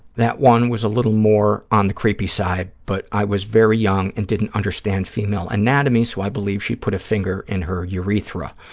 that one was a little more on the creepy side, but i was very young and didn't understand female anatomy, so i believe she put a finger in her urethra.